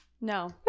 No